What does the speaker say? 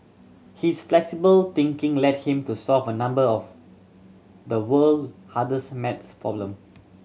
his flexible thinking led him to solve a number of the world hardest math problem